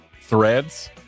Threads